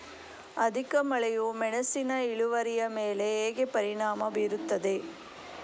ಅಧಿಕ ಮಳೆಯು ಮೆಣಸಿನ ಇಳುವರಿಯ ಮೇಲೆ ಹೇಗೆ ಪರಿಣಾಮ ಬೀರುತ್ತದೆ?